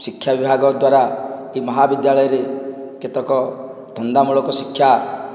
ଶିକ୍ଷା ବିଭାଗ ଦ୍ୱାରା ଏହି ମହାବିଦ୍ୟାଳୟରେ କେତେକ ଧନ୍ଦାମୂଳକ ଶିକ୍ଷା